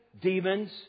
demons